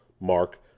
mark